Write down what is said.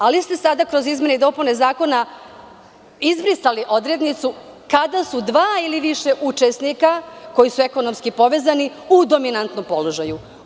Ali ste kroz izmene i dopune zakona izbrisali odrednicu – kada su dva ili više učesnika koji su ekonomski povezani u dominantnom položaju.